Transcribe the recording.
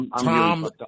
Tom